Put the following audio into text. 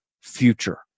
future